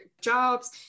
jobs